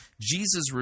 Jesus